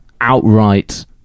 outright